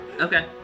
Okay